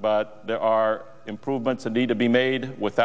but there are improvements that need to be made with